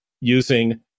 using